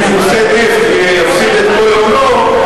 בחיפושי נפט ויפסיד את כל הונו,